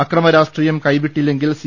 അക്രമരാഷ്ട്രീയം കൈവിട്ടില്ലെങ്കിൽ സി